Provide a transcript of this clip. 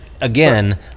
again